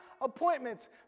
appointments